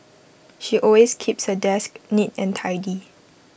she always keeps her desk neat and tidy